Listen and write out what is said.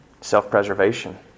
Self-preservation